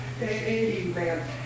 Amen